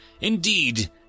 Indeed